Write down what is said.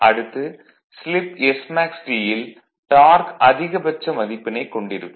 அடுத்து slip SmaxT ல் torque அதிகபட்ச மதிப்பினைக் கொண்டிருக்கும்